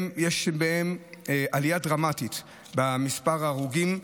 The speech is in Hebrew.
יש בהם עלייה דרמטית במספר ההרוגים: